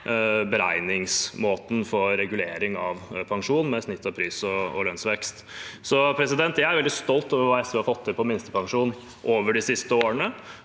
beregningsmåten for regulering av pensjon med snitt av pris- og lønnsvekst. Jeg er veldig stolt over hva SV har fått til på minstepensjon over de siste årene.